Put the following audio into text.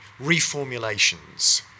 reformulations